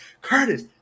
Curtis